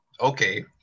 okay